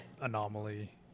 anomaly